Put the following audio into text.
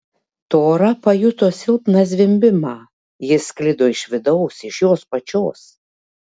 tora pajuto silpną zvimbimą jis sklido iš vidaus iš jos pačios